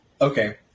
Okay